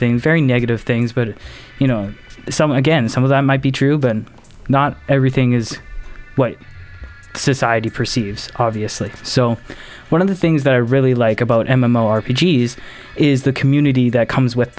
things very negative things but you know some again some of that might be true been not everything is what society perceives obviously so one of the things that i really like about m m r p g's is the community that comes with